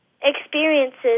experiences